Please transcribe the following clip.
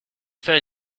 faire